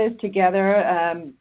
together